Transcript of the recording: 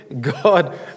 God